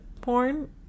porn